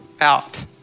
out